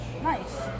Nice